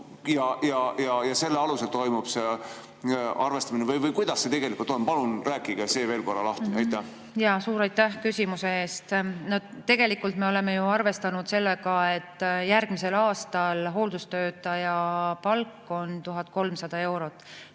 ja selle alusel toimubki arvestamine. Või kuidas see tegelikult on? Palun rääkige see veel kord lahti. Suur aitäh küsimuse eest! Tegelikult me oleme arvestanud sellega, et järgmisel aastal on hooldustöötaja palk 1300 eurot